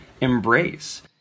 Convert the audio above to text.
embrace